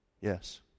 Yes